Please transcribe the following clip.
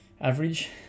average